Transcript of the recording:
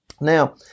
Now